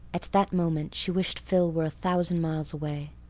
at that moment she wished phil were a thousand miles away.